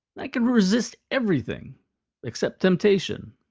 like can resist everything except temptation.